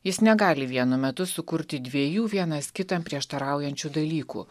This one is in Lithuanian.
jis negali vienu metu sukurti dviejų vienas kitam prieštaraujančių dalykų